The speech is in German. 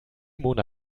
mona